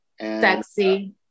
Sexy